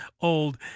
old